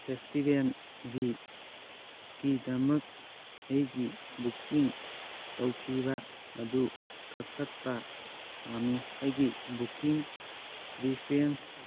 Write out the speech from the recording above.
ꯐꯦꯁꯇꯤꯕꯦꯜꯒꯤꯗꯃꯛ ꯑꯩꯒꯤ ꯕꯨꯛꯀꯤꯡ ꯇꯧꯈꯤꯕ ꯑꯗꯨ ꯀꯛꯊꯠꯄ ꯄꯥꯝꯃꯤ ꯑꯩꯒꯤ ꯕꯨꯛꯀꯤꯡ ꯔꯤꯐꯔꯦꯟꯁ